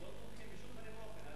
לא תומכים בשום פנים ואופן.